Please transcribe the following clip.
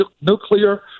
Nuclear